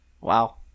Wow